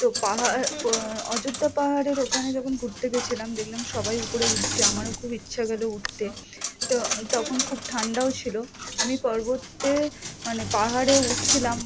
তো পাহাড় অয্যোধ্যা পাহাড়ের ওখানে যখন ঘুরতে গিয়েছিলাম দেখলাম সবাই উপরে উঠছে আমারও খুব ইচ্ছা গেল উঠতে তো তখন খুব ঠান্ডাও ছিল আমি পর্বতে মানে পাহাড়ে উঠছিলাম